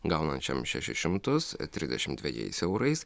gaunančiam šešis šimtus trisdešim dvejais eurais